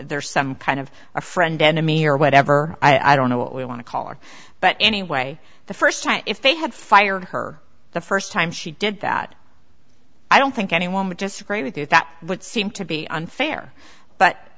there some kind of a friend enemy or whatever i don't know what we want to call it but anyway the first time if they had fired her the first time she did that i don't think anyone would just crave it if that would seem to be unfair but